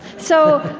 so,